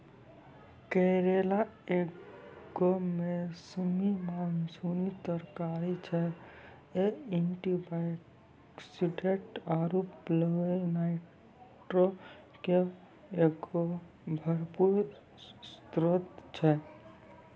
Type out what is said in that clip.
करेला एगो मौसमी मानसूनी तरकारी छै, इ एंटीआक्सीडेंट आरु फ्लेवोनोइडो के एगो भरपूर स्त्रोत छै